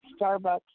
Starbucks